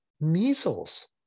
measles